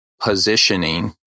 positioning